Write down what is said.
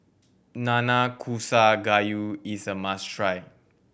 Nanakusa Gayu is a must try